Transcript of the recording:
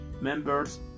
Members